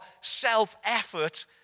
self-effort